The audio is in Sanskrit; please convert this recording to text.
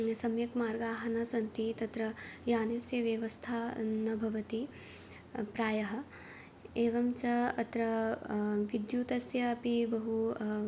ये सम्यक् मार्गाः न सन्ति तत्र यानस्य व्यवस्था न भवति प्रायः एवं च अत्र विद्युतस्यापि बहु